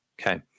Okay